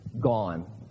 gone